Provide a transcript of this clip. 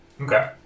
Okay